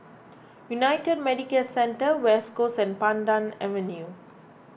United Medicare Centre West Coast and Pandan Avenue